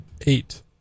eight